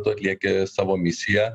tu atlieki savo misiją